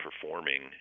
performing